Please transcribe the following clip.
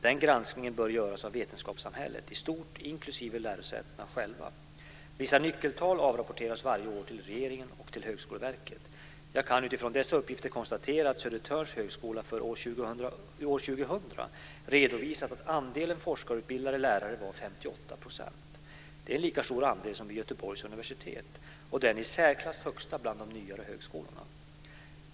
Den granskningen bör göras av vetenskapssamhället i stort inklusive lärosätena själva. Vissa nyckeltal avrapporteras varje år till regeringen och till Högskoleverket. Jag kan utifrån dessa uppgifter konstatera att Södertörns högskola för år 58 %. Det är en lika stor andel som vid Göteborgs universitet och den i särklass högsta bland de nyare högskolorna.